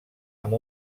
amb